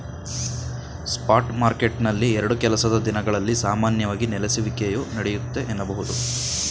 spot ಮಾರ್ಕೆಟ್ನಲ್ಲಿ ಎರಡು ಕೆಲಸದ ದಿನಗಳಲ್ಲಿ ಸಾಮಾನ್ಯವಾಗಿ ನೆಲೆಸುವಿಕೆಯು ನಡೆಯುತ್ತೆ ಎನ್ನಬಹುದು